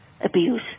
abuse